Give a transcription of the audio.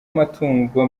amatungo